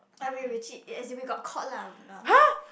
we we cheat as in we got caught lah uh not